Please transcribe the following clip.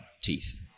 teeth